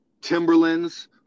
timberlands